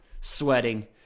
sweating